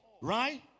right